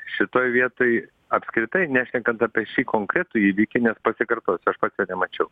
šitoj vietoj apskritai nešnekant apie šį konkretų įvykį nes pasikartosiu aš pats jo nemačiau